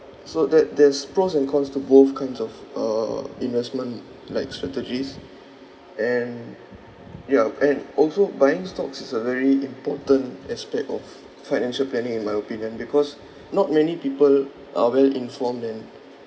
so there~ there's pros and cons to both kinds of uh investment like strategies and yup and also buying stocks is a very important aspect of financial planning in my opinion because not many people are well informed and